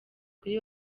kuri